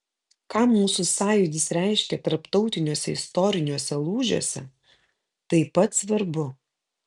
ką mūsų sąjūdis reiškė tarptautiniuose istoriniuose lūžiuose taip pat svarbu